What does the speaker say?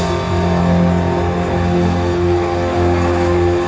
oh